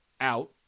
out